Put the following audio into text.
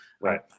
right